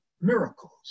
miracles